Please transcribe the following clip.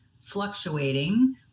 fluctuating